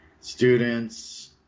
students